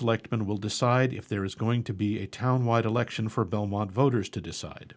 selectmen will decide if there is going to be a town wide election for belmont voters to decide